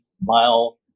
mile